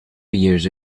years